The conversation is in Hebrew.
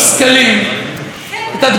את התגובה שלהם שלא רלוונטית.